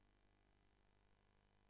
חבר הכנסת סאלח סעד,